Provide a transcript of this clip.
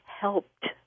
helped